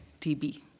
TB